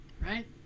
right